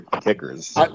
kickers